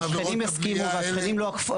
והשכנים הסכימו והשכנים לא אכפו.